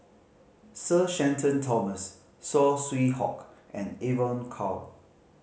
Sir Shenton Thomas Saw Swee Hock and Evon Kow